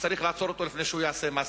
וצריך לעצור אותו לפני שהוא יעשה מעשה.